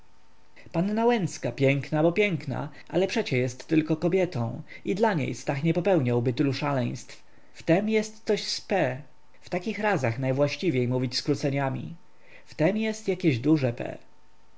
panna łęcka piękna bo piękna ale przecie jest tylko kobietą i dla niej stach nie popełniałby tylu szaleństw w tem jest coś z p w takich razach najwłaściwiej mówić skróceniami w tem jest jakieś duże